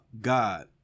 God